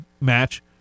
match